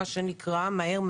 מה שנקרא מהר,